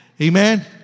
Amen